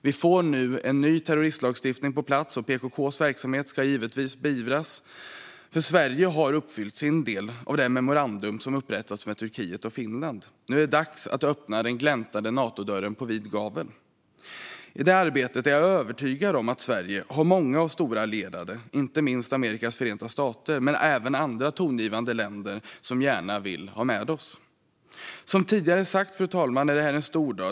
Vi får nu en ny terroristlagstiftning på plats, och PKK:s verksamhet ska givetvis beivras. Sverige har uppfyllt sin del av det memorandum som upprättats med Turkiet och Finland, och nu är det dags att öppna den gläntade Natodörren på vid gavel. I det arbetet är jag övertygad om att Sverige har många och stora allierade, inte minst Amerikas förenta stater men även andra tongivande länder som gärna vill ha med oss. Som tidigare sagts, fru talman, är det här en stor dag.